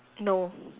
no